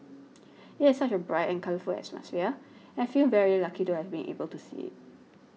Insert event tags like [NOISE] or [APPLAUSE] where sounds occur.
[NOISE] it has such a bright and colourful atmosphere I feel very lucky to have been able to see it